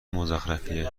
مزخرفیه